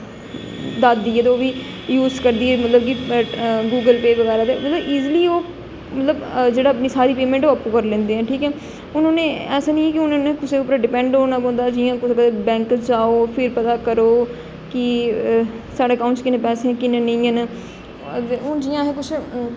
दादी ऐ ते ओह् बी यूस करदी मतलब कि गूगल पे बगैरा ते मतलब कि इजली ओह् जेह्ड़ा सारी पेमेंट ओह् आपूं करी लैंदे ऐ ठीक ऐ हून उ'नें ऐसा निं ऐ कि हून कुसै उप्पर डिपेंड होना पौंदा ऐ जि'यां कुतै बैंक च जाओ फिर पता करो कि साढ़े अकाउंट च कि'न्ने पैसे न कि'न्ने नेईं हैन ते हून जि'यां असें कुछ